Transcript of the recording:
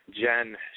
Jen